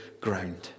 ground